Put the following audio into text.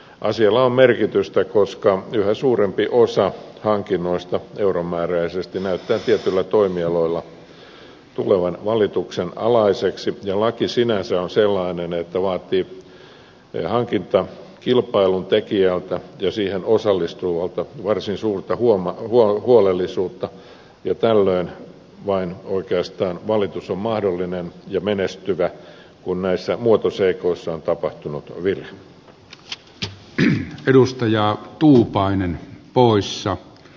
asialla on merkitystä koska yhä suurempi osa hankinnoista euromääräisesti näyttää tietyillä toimialoilla tulevan valituksen alaiseksi ja laki sinänsä on sellainen että vaatii hankintakilpailun tekijältä ja siihen osallistuvalta varsin suurta huolellisuutta ja tällöin vain oikeastaan valitus on mahdollinen ja menestyvä kun näissä muotoseikoissa on tapahtunut virhe